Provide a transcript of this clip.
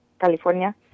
California